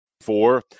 four